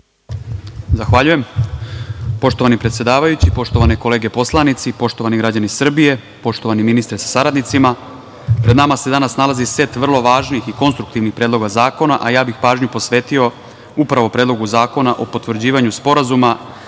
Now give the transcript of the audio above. Zahvaljujem. Poštovani predsedavajući, poštovane kolege poslanici, poštovani građani Srbije, poštovani ministre sa saradnicima, pred nama se danas nalazi set vrlo važnih i konstruktivnih predloga zakona, a ja bih pažnju posvetio upravo Predlogu zakona o potvrđivanju Sporazuma